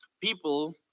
people